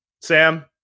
Sam